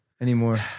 anymore